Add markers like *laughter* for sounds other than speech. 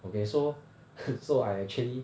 okay so *laughs* so I actually